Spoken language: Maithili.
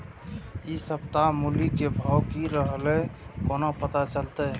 इ सप्ताह मूली के भाव की रहले कोना पता चलते?